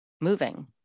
moving